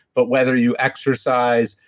but whether you exercise,